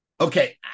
Okay